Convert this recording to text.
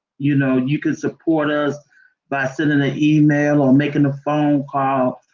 you know you can support us by sending an email or making a phone call,